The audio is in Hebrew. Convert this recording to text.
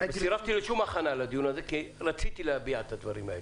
סירבתי לשום הכנה לדיון הזה כי רציתי להביע את הדברים האלה,